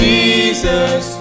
Jesus